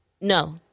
No